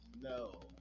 no